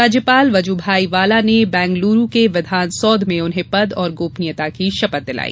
राज्यपाल वजूभाई वाला ने बैंगलुरु के विधान सौध में उन्हें पद और गोपनीयता की शपथ दिलाई